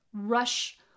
rush